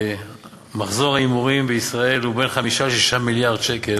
מחזור ההימורים בישראל הוא בין 5 ל-6 מיליארד שקל,